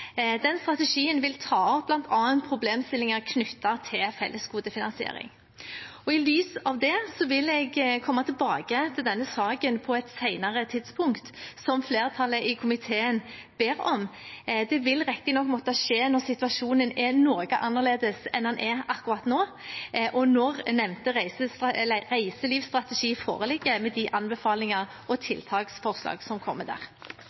Den strategien vil bl.a. ta opp problemstillinger knyttet til fellesgodefinansiering. I lys av det vil jeg komme tilbake til denne saken på et senere tidspunkt, slik flertallet i komiteen ber om. Det vil riktignok måtte skje når situasjonen er noe annerledes enn den er akkurat nå, og når nevnte reiselivsstrategi foreligger, med de anbefalinger, tiltak og forslag som kommer der.